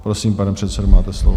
Prosím, pane předsedo, máte slovo.